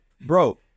Bro